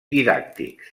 didàctics